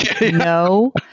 No